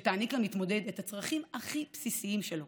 שתעניק למתמודד את הצרכים הכי בסיסיים שלו